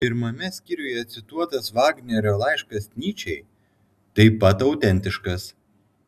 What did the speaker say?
pirmame skyriuje cituotas vagnerio laiškas nyčei taip pat autentiškas